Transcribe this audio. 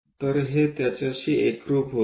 तर हे त्याच्याशी एकरूप होते